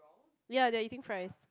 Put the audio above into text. ya they are eating fries